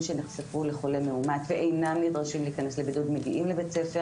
שנחשפו לחולה מאומת ואינם נדרשים להיכנס לבידוד מגיעים לבית הספר